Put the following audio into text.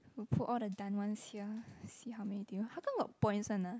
we put all the done ones here see how many do you how come got points one ah